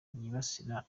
yibasira